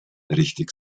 richtig